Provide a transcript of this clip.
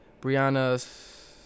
Brianna's